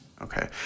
Okay